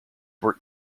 were